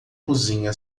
cozinha